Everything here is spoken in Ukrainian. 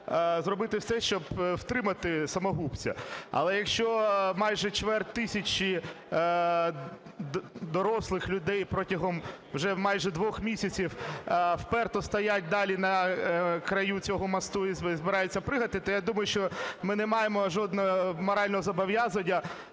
зробити все, щоб втримати самогубця. Але якщо майже чверть тисячі дорослих людей протягом уже майже двох місяців вперто стоять далі на краю цього мосту і збираються пригати, то я думаю, що ми не маємо жодного морального зобов'язання